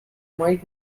might